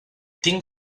tinc